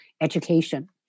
education